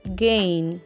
gain